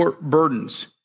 burdens